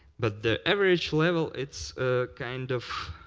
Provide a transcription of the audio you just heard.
but the average level, it's ah kind of